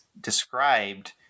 described